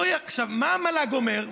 מה המל"ג אומר?